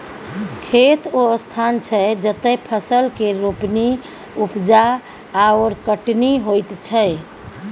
खेत ओ स्थान छै जतय फसल केर रोपणी, उपजा आओर कटनी होइत छै